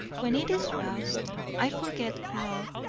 when it is roused, i forget love,